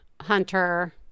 hunter